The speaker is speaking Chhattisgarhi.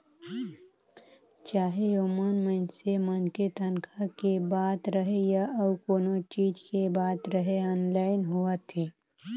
चाहे ओमन मइनसे मन के तनखा के बात रहें या अउ कोनो चीच के बात रहे आनलाईन होवत हे